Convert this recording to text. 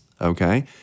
okay